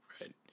right